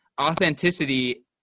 authenticity